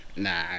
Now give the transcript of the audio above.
Nah